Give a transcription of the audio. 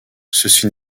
ceci